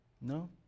No